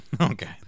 Okay